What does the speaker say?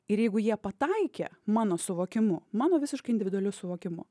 ir jeigu jie pataikė mano suvokimu mano visiškai individualiu suvokimu